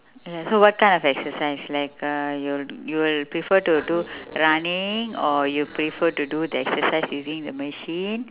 yes so what kind of exercise like uh you you'll prefer to do running or you prefer to do the exercise using the machine